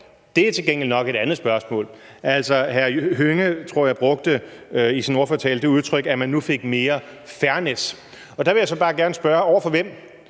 er til gengæld nok et andet spørgsmål. Jeg tror, hr. Karsten Hønge i sin ordførertale brugte det udtryk, at man nu fik mere fairness. Der vil jeg så bare gerne spørge: Over for hvem?